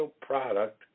product